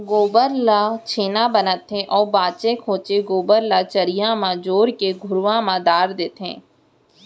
गोबर ल छेना बनाथे अउ बांचे खोंचे गोबर ल चरिहा म जोर के घुरूवा म डार देथे